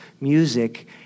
music